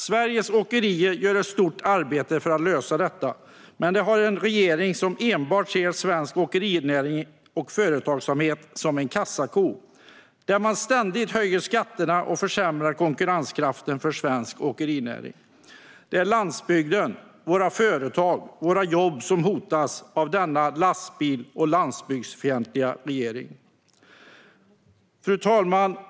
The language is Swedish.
Sveriges åkerier gör ett stort arbete för att lösa detta, men vi har en regering som enbart ser svensk åkerinäring och företagsamhet som en kassako. Man höjer ständigt skatterna och försämrar konkurrenskraften för svensk åkerinäring. Det är landsbygden, våra företag och våra jobb som hotas av denna lastbils och landsbygdsfientliga regering. Fru talman!